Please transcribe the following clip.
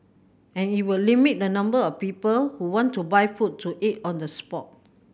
and it will limit the number of people who want to buy food to eat on the spot